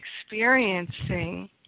experiencing